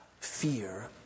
fear